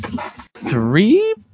three